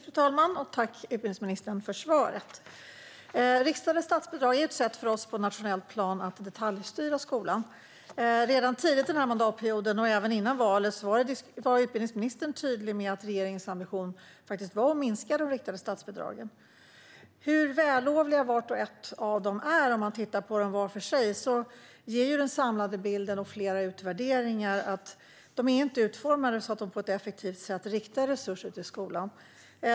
Fru talman! Tack, utbildningsministern, för svaret! Riktade statsbidrag är ett sätt för oss på nationellt plan att detaljstyra skolan. Redan tidigt under den här mandatperioden - och även före valet - var utbildningsministern tydlig med att regeringens ambition var att minska de riktade statsbidragen. Hur vällovligt vart och ett av statsbidragen än är ger ju den samlade bilden och flera utvärderingar att de inte är utformade så att de på ett effektivt sätt riktar resurser till skolan.